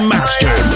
Master